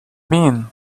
been